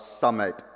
summit